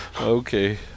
Okay